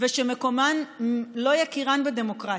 ושמקומן לא יכירן בדמוקרטיה.